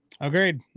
Agreed